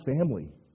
family